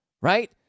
right